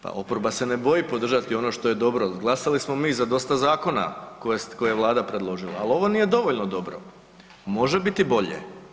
Pa oporba se ne boji podržati ono što je dobro, glasali smo mi za dosta zakona koje je Vlada predložila, ali ovo nije dovoljno dobro, može biti bolje.